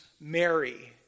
Mary